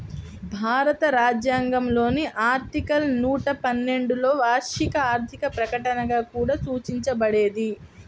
భారత రాజ్యాంగంలోని ఆర్టికల్ నూట పన్నెండులోవార్షిక ఆర్థిక ప్రకటనగా కూడా సూచించబడేది